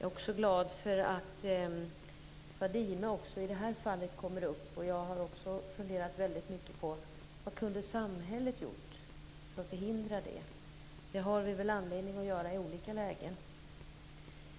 är också glad över att fallet med Fadime har kommit upp i den här debatten. Jag har funderat väldigt mycket över vad samhället kunde ha gjort för att förhindra det som hände. Det har vi anledning att göra i olika lägen.